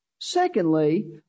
Secondly